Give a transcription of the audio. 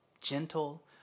gentle